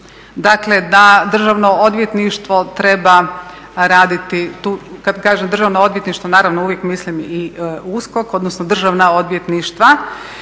davno da Državno odvjetništvo treba raditi, kada kažem Državno odvjetništvo naravno uvijek mislim USKOK odnosno državna odvjetništva,